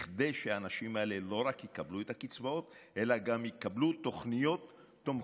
כדי שהאנשים האלה לא יקבלו רק את הקצבאות אלא יקבלו גם תוכניות תומכות.